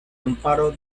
amparo